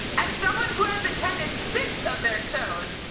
as someone who has attended six of their shows,